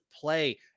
play